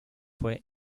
fue